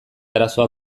arazoa